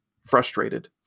frustrated